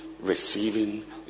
receiving